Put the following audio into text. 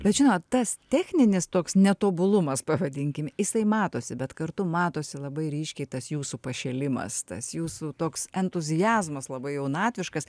bet žinot tas techninis toks netobulumas pavadinkim jisai matosi bet kartu matosi labai ryškiai tas jūsų pašėlimas tas jūsų toks entuziazmas labai jaunatviškas